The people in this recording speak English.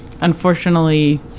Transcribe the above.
unfortunately